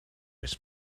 his